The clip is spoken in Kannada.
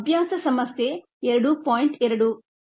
ಅಭ್ಯಾಸ ಸಮಸ್ಯೆ 2